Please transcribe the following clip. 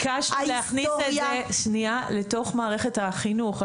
אנחנו ביקשנו להכניס את זה לתוך מערכת החינוך.